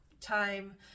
time